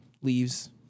leaves